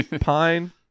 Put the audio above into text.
Pine